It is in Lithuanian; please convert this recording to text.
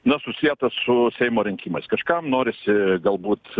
na susietą su seimo rinkimais kažkam norisi galbūt